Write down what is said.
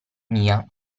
mia